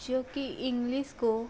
जो कि इंग्लिश को